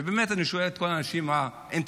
ובאמת אני שואל את כל האנשים האינטליגנטים,